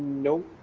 know